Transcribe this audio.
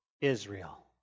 Israel